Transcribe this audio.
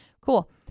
cool